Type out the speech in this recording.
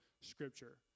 Scripture